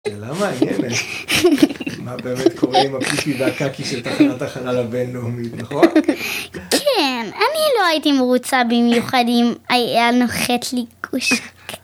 שאלה מעניינת, מה באמת קורה עם הפיפי והקקי של תחנת החלל הבינלאומית, נכון? כן, אני לא הייתי מרוצה במיוחד אם היה נוחת לי גוש